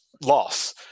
loss